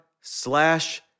slash